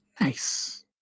Nice